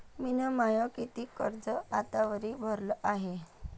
मिन माय कितीक कर्ज आतावरी भरलं हाय?